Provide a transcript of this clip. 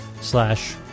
slash